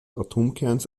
atomkerns